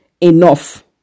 enough